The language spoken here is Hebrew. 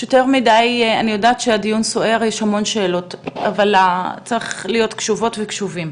אני יודעת שהדיון סוער ויש המון שאלות אבל צריך להיות קשובות וקשובים.